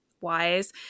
Wise